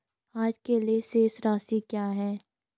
आज के लिए शेष राशि क्या है?